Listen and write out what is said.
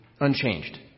unchanged